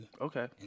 okay